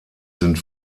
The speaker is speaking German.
sind